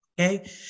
Okay